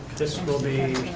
this will be.